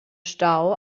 stau